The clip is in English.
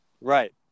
Right